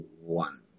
One